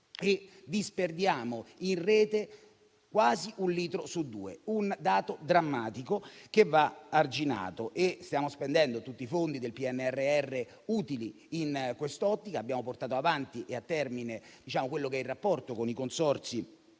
e disperdiamo in rete quasi un litro su due. Un dato drammatico che va arginato. Stiamo spendendo inoltre tutti i fondi del PNRR utili in quest'ottica. Abbiamo portato avanti (e a termine) il rapporto con i consorzi